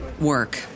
work